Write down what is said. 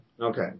Okay